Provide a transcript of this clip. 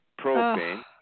propane